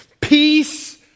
peace